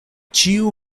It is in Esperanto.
ĉiu